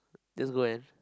just go and